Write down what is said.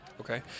Okay